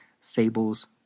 Fables